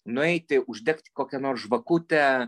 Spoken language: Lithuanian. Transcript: nueiti uždegti kokią nors žvakutę